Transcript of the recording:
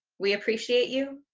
we appreciate you,